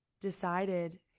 decided